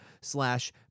slash